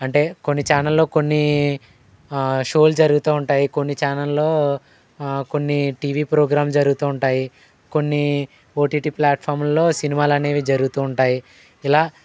అంటే కొన్ని ఛానళ్ళో కొన్ని షోలు జరుగుతూ ఉంటాయి కొన్ని ఛానళ్ళో కొన్ని టీవీ ప్రోగ్రామ్స్ జరుగుతుంటాయి కొన్ని ఓటీటీ ప్లాట్ఫామ్ల్లో సినిమాలు అనేవి జరుగుతూ ఉంటాయి ఇలా